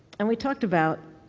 and we talked about